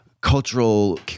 cultural